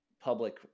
public